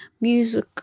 music